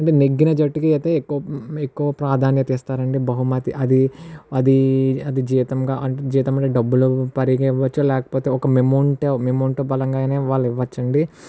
నెగ్గిన జట్టుకి అయితే ఎక్కువ ప్రాధాన్యత ఇస్తారు అండి బహుమతి అది అది జీతంగా జీతం అంటే డబ్బులు పరంగా ఇవ్వచ్చు లేకపోతే ఒక మెమెంటో మెమెంటో పరంగా అయినా వాళ్ళు ఇవ్వొచ్చు అండి